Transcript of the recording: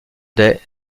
des